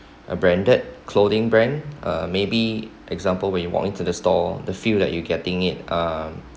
a branded clothing brand uh maybe example when you walk into the store the feel that you getting it um